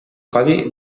codi